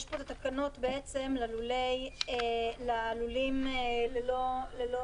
יש פה תקנות בעצם ללולים ללא